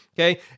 okay